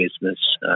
business